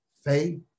Faith